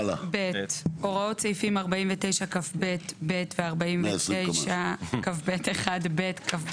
" (ב)הוראות סעיפים 49כב(ב), 49כב1(ב), 49כב2,